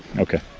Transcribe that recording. okay